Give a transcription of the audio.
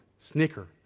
snicker